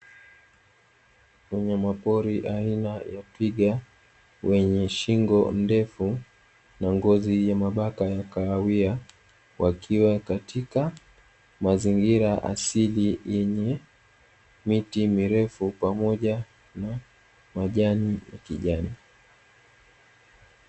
Wanyamapori aina ya twiga wenye shingo ndefu na ngozi ya mabaka ya kahawia, wakiwa katika mazingira asili yenye miti mirefu pamoja na majani ya kijani.